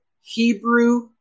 Hebrew